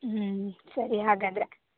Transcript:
ಸರಿ ಹಾಗಾದರೆ